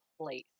place